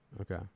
okay